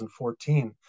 2014